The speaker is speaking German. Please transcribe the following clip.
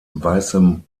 weißem